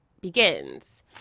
begins